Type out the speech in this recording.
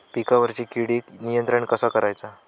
पिकावरची किडीक नियंत्रण कसा करायचा?